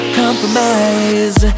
compromise